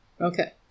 Okay